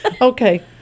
Okay